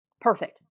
perfect